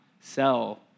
sell